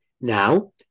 Now